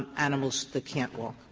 animals that can't walk?